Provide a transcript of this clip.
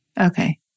Okay